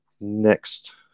next